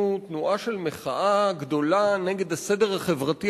תנועה של מחאה גדולה נגד הסדר החברתי,